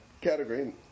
category